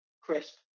Crisp